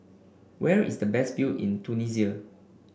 where is the best view in Tunisia